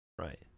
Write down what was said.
Right